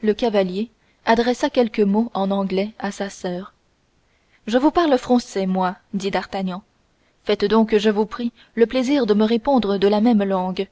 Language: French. le cavalier adressa quelques mots en anglais à sa soeur je vous parle français moi dit d'artagnan faites-moi donc je vous prie le plaisir de me répondre dans la même langue